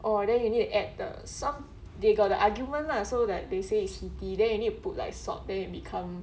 orh then you need to add the some they got the argument lah so like they say it's heaty then you need put like salt then it become